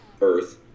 Earth